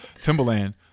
Timberland